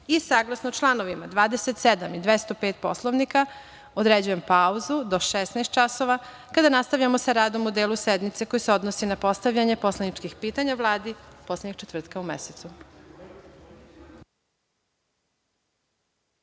sednice. Saglasno čl. 27. i 205. Poslovnika, određujem pauzu do 16.00 časova, kada nastavljamo sa radom u delu sednice koji se odnosi na postavljanje poslaničkih pitanja Vladi, poslednjeg četvrtka u mesecu.(Posle